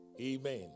amen